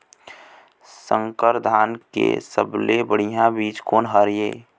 संकर धान के सबले बढ़िया बीज कोन हर ये?